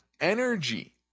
energy